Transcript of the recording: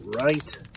right